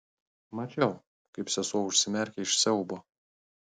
mačiau kaip sesuo užsimerkia iš siaubo